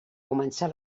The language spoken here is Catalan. començar